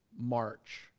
March